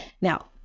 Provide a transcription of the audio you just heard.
Now